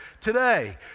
today